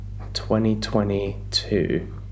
2022